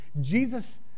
Jesus